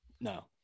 no